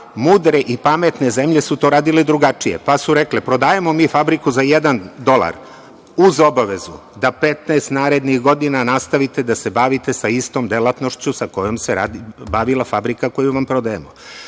mudre i pametne zemlje su to radile drugačije, pa su rekle – prodajemo mi fabriku za jedan dolara uz obavezu da 15 narednih godina nastavite da se bavite istom delatnošću kojom se bavila fabrika koju vam prodajemo.